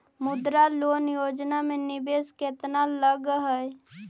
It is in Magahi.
मुद्रा लोन योजना में निवेश केतना लग हइ?